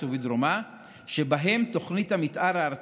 ובדרומה שבהם תוכנית המתאר הארצית,